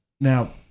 Now